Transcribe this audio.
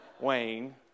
Wayne